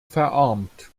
verarmt